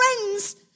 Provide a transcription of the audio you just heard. friends